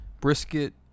Brisket